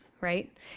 right